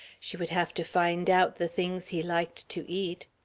she would have to find out the things he liked to eat.